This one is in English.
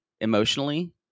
emotionally